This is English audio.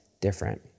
different